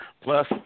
Plus